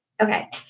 Okay